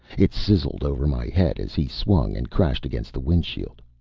it sizzled over my head as he swung and crashed against the windshield.